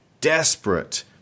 desperate